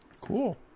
Cool